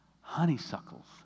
Honeysuckles